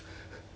mm